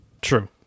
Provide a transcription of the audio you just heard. true